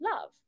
love